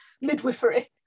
midwifery